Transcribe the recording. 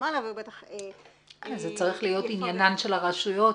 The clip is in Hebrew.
אז זה צריך להיות עניינן של הרשויות,